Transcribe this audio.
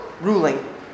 ruling